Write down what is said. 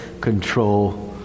control